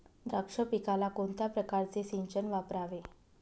द्राक्ष पिकाला कोणत्या प्रकारचे सिंचन वापरावे?